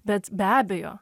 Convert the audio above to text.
bet be abejo